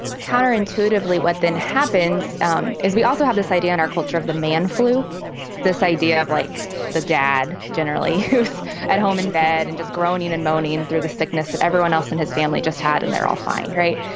counter-intuitively, what then happens um is we also have this idea in our culture of the man flew this idea of like the dad generally who's at home in bed and just groaning and moaning through the sickness that everyone else in his family just had. and they're all fine. right.